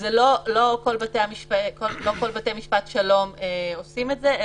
לא כל בתי המשפט השלום עושים את זה,